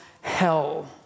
hell